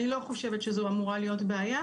אני לא חושבת שזו אמורה להיות בעיה,